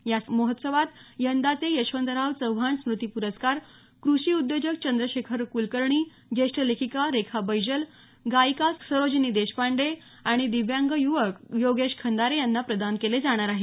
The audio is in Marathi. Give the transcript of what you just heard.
या महोत्सवात यंदाचे यशवंतराव चव्हाण स्मृती पुरस्कार कृषी उद्योजक चंद्रशेखर कुलकर्णी ज्येष्ठ लेखिका रेखा बैजल गायिका सरोजिनी देशपांडे आणि दिव्यांग युवक योगेश खंदारे यांना प्रदान केले जाणार आहेत